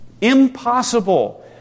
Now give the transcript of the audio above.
Impossible